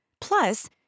Plus